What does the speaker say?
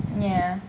ya